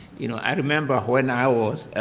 you know, i remember when i was